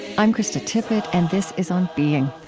i'm krista tippett and this is on being.